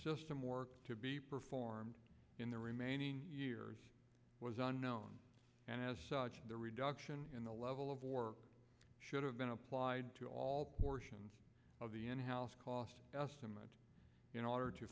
system work to be performed in the remaining years was unknown and as such the reduction in the level of war should have been applied to all portions of the in house cost estimate in order to